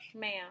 ma'am